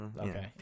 Okay